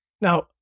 Now